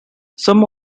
some